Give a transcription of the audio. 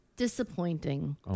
Disappointing